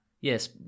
Yes